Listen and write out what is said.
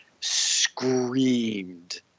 screamed